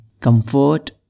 comfort